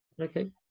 Okay